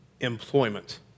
Employment